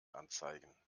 anzeigen